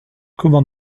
comment